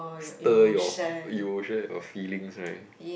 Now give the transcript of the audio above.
stir your emotion your feelings right